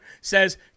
says